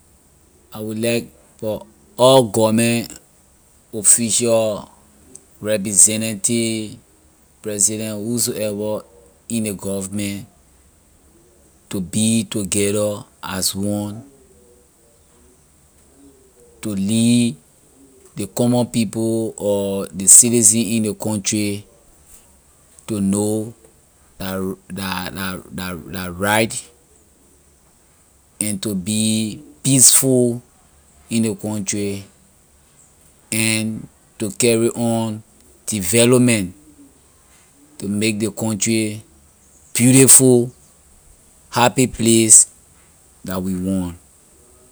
I I would like for all government official representative president whosoever in ley government to be together as one to lead ley common people or ley citizens in ley country to know la ro- la la la la right and to be peaceful in ley country and to carry on development to make ley country beautiful happy place la we want.